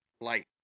Light